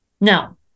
Now